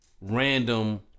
random